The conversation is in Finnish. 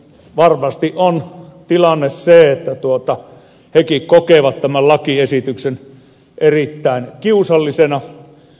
varmasti on tilanne se että hekin kokevat tämän lakiesityksen erittäin kiusallisena